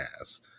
ass